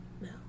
No